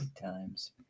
times